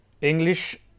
English